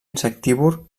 insectívor